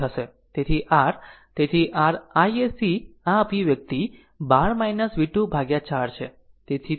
તેથી r તેથી r iSC આ અભિવ્યક્તિ 12 v 2 ભાગ્યા 4 છે